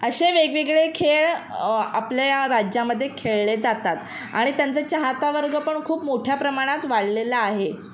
असे वेगवेगळे खेळ आपल्या या राज्यामध्ये खेळले जातात आणि त्यांचा चाहता वर्ग पण खूप मोठ्या प्रमाणात वाढलेला आहे